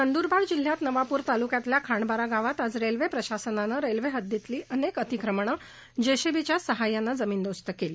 नंद्रबार जिल्ह्यात नवापर तालुक्यातल्या खांडबारा गावात आज रेल्वे प्रशासनानं रेल्वे हददीतली अनेक अतिक्रमणं जेसीबीच्या सहाय्यानं जमीनदोस्त केली